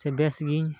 ᱥᱮ ᱵᱮᱹᱥ ᱜᱮ